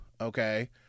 okay